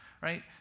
right